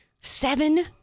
Seven